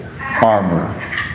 armor